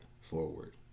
forward